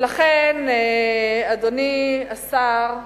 ולכן, אדוני השר,